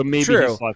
True